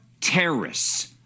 terrorists